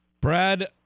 Brad